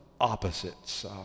opposites